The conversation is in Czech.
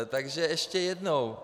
Takže ještě jednou.